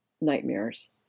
nightmares